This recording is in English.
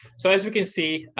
so as we can see